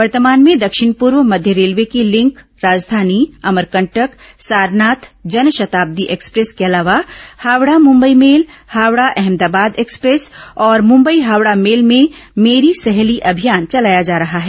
वर्तमान में दक्षिण पूर्व मध्य रेलवे की लिंक राजधानी अमरकंटक सारनाथ जनशताब्दी एक्सप्रेस के अलावा हावड़ा मुंबई मेल हावड़ा अहमदाबाद एक्सप्रेस और मुंबई हावड़ा मेल में मेरी सहेली अभियान चलाया जा रहा है